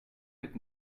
mit